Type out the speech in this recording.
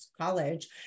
college